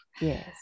yes